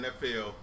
NFL